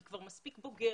היא כבר מספיק בוגרת,